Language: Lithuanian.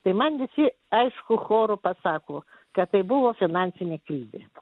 tai man visi aišku choru pasako kad tai buvo finansinė krizė